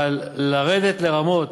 אבל לרדת לרמות